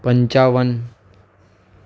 પંચાવન